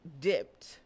dipped